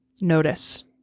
notice